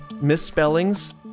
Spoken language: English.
misspellings